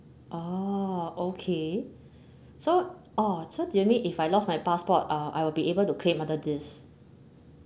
oh okay so orh so do you mean if I lost my passport uh I will be able to claim under this